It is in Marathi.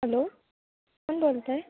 हॅलो कोण बोलतं आहे